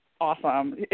awesome